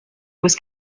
was